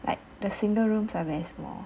like the single rooms are very small